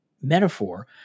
metaphor